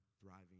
thriving